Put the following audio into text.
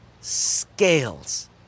scales